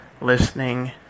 listening